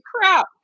crap